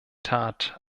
tat